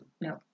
No